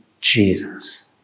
Jesus